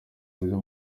buryo